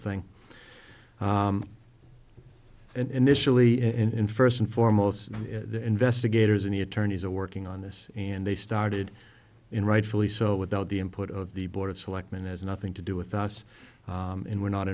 thing and initially in first and foremost the investigators in the attorneys are working on this and they started in rightfully so without the input of the board of selectmen has nothing to do with us and we're not